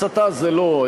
הסתה זה לא.